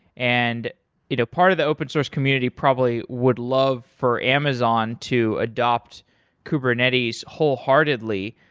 and you know part of the open-source community probably would love for amazon to adopt kubernetes wholeheartedly,